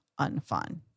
unfun